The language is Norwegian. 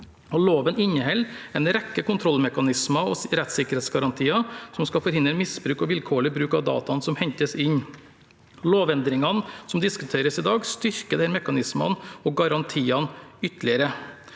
Loven inneholder en rekke kontrollmekanismer og rettssikkerhetsgarantier som skal forhindre misbruk og vilkårlig bruk av dataene som hentes inn. Lovendringene som diskuteres i dag, styrker de mekanismene og garantiene ytterligere.